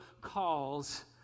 calls